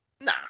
Nah